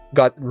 got